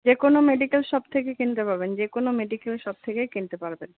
যে কোনো medical shop থেকে কিনতে পাবেন যে কোনো মেডিকেল শপ থেকে কিনতে পারবেন